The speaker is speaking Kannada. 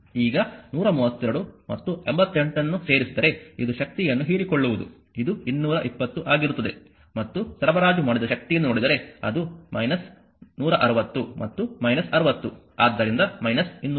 ಈಗ 132 ಮತ್ತು 88 ಅನ್ನು ಸೇರಿಸಿದರೆ ಇದು ಶಕ್ತಿಯನ್ನು ಹೀರಿಕೊಳ್ಳುವುದು ಅದು 220 ಆಗಿರುತ್ತದೆ ಮತ್ತು ಸರಬರಾಜು ಮಾಡಿದ ಶಕ್ತಿಯನ್ನು ನೋಡಿದರೆ ಅದು 160 ಮತ್ತು 60 ಆದ್ದರಿಂದ 220